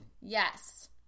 Yes